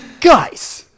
Guys